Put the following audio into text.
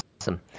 Awesome